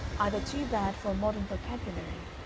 either too bad for a modern vocabulary,